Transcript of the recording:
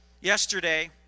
Yesterday